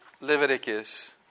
Leviticus